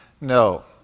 No